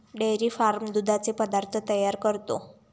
dairy farm दुधाचे पदार्थ तयार करतो